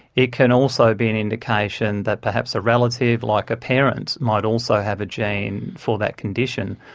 it can also be an indication that perhaps a relative, like a parent, might also have a gene for that condition,